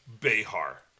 Behar